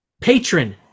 patron